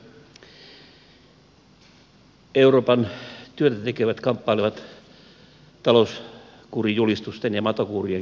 euroopan työtätekevät kamppailevat talouskurijulistusten ja matokuurien keskellä